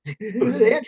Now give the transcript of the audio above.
Andrew